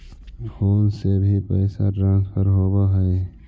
Phone से भी पैसा ट्रांसफर होवहै?